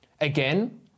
Again